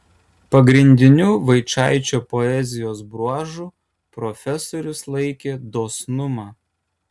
pagrindiniu vaičaičio poezijos bruožu profesorius laikė dosnumą